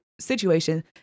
situation